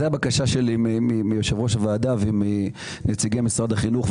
זו הבקשה שלי מיושב ראש הוועדה ומנציגי משרד החינוך,